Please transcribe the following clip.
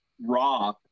raw